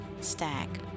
stack